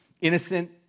innocent